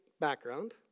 background